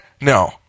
No